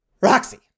Roxy